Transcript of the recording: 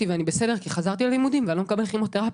ואני בסדר בגלל שחזרתי ללימודים ואני לא מקבל כימותרפיות.